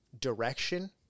direction